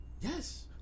Yes